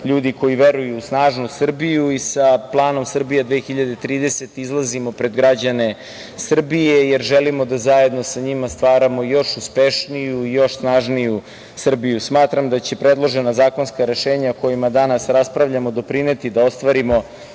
ljudi koji veruju u snažnu Srbiju i sa planom „Srbije 2030“ izlazimo pred građane Srbije, jer želimo da zajedno sa njima stvaramo još uspešniju i još snažniju Srbiju. Smatram da će predložena zakonska rešenja o kojima danas raspravljamo doprineti da ostvarimo